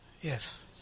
Yes